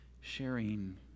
sharing